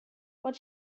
what